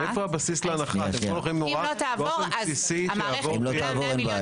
אם לא תעבור אז המערכת כולה 100 מיליון